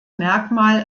merkmal